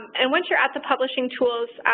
and once you're at the publishing tools,